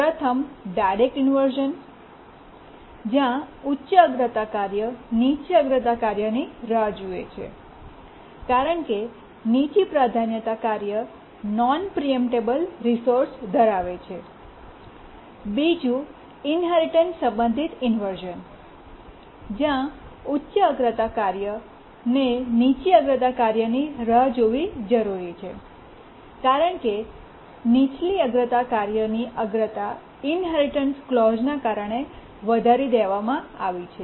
પ્રથમ direct inversion જ્યાં ઉચ્ચ અગ્રતા કાર્ય નીચી અગ્રતા કાર્યની રાહ જુએ છે કારણ કે નીચી પ્રાધાન્યતા કાર્ય નોન પ્રીએમ્પટેબલ રિસોર્સ ધરાવે છે બીજું ઇન્હેરિટન્સ સંબંધિત ઇન્વર્શ઼ન જ્યાં ઉચ્ચ અગ્રતા કાર્યને નીચી અગ્રતા કાર્યની રાહ જોવી જરૂરી છે કારણ કે નીચલું અગ્રતા કાર્યોની અગ્રતા ઇન્હેરિટન્સ ક્લૉજ઼ને કારણે વધારી દેવામાં આવી છે